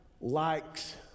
likes